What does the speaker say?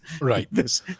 Right